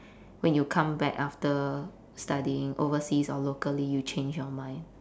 when you come back after studying overseas or locally you change your mind